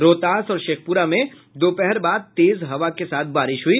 रोहतास और शेखपुरा में दोपहर बाद तेज हवा के साथ बारिश हुई